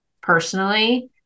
personally